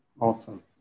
Awesome